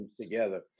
together